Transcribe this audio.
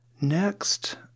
Next